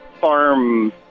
farm